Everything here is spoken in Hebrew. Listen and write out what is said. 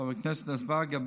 חבר הכנסת אזברגה,